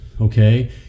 okay